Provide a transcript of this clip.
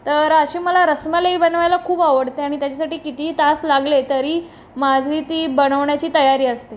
तर असे मला रसमलाई बनवायला खूप आवडते आणि त्याच्यासाठी कितीही तास लागले तरी माझी ती बनवण्याची तयारी असते